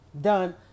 done